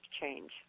change